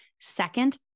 Second